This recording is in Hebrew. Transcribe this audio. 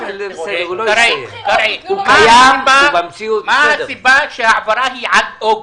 קרעי, מה הסיבה שההעברה היא עד אוגוסט?